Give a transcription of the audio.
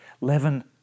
Leaven